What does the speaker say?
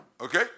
Okay